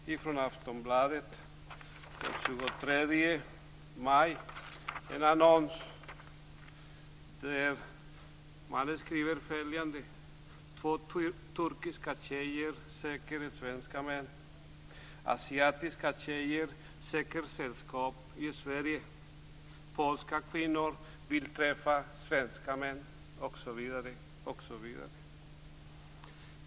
I Aftonbladet fanns den 23 maj en annons där man skriver: Två turkiska tjejer söker svenska män. Asiatiska tjejer söker sällskap i Sverige. Polska kvinnor vill träffa svenska män osv.